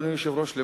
אדוני היושב-ראש,